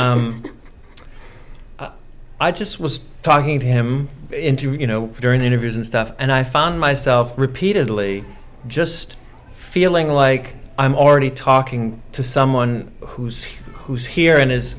yeah i just was talking to him into you know during the interviews and stuff and i found myself repeatedly just feeling like i'm already talking to someone who's who's here and is